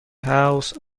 house